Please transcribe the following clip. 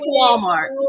Walmart